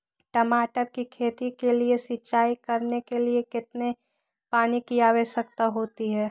टमाटर की खेती के लिए सिंचाई करने के लिए कितने पानी की आवश्यकता होती है?